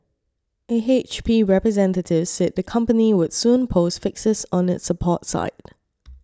an H P representative said the company would soon post fixes on its support site